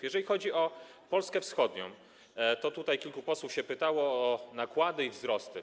Jeżeli chodzi o Polskę wschodnią, to tutaj kilku posłów pytało o nakłady i wzrosty.